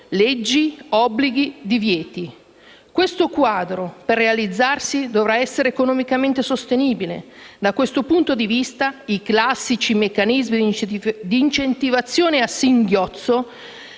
(leggi, obblighi, divieti). Questo quadro, per realizzarsi, dovrà essere economicamente sostenibile. Da questo punto di vista, i classici meccanismi di incentivazione a singhiozzo